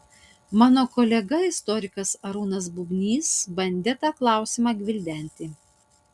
mano kolega istorikas arūnas bubnys bandė tą klausimą gvildenti